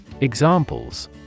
Examples